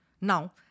Now